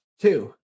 two